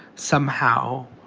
somehow,